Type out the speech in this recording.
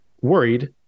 worried